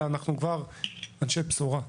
אלא אנחנו אנשי בשורה.